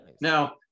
Now